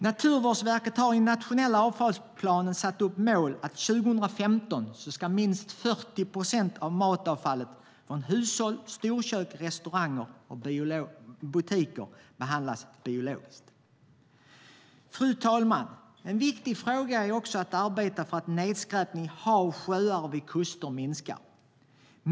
Naturvårdsverket har i den nationella avfallsplanen satt upp som mål att 2015 ska minst 40 procent av matavfallet från hushåll, storkök, restauranger och butiker behandlas biologiskt. Fru talman! En viktig fråga är också att arbeta för att nedskräpning i hav och sjöar och vid kuster minskar.